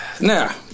Now